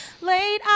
Late